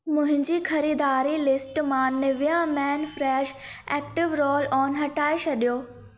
मुंहिंजी ख़रीदारी लिस्ट मां Nivea men fresh active roll on हटाइ छॾियो